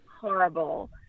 horrible